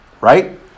right